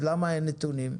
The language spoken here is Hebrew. למה אין נתונים?